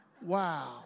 Wow